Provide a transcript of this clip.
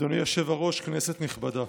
אדוני היושב-ראש, כנסת נכבדה,